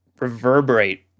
reverberate